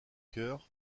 chœur